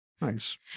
Nice